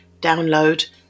download